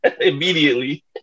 immediately